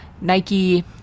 Nike